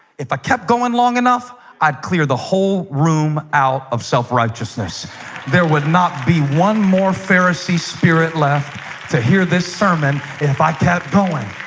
if i kept going long enough i'd clear the whole room out of self-righteousness there would not be one more pharisee spirit left to hear this sermon if i kept going